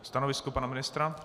Stanovisko pana ministra?